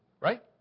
right